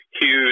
huge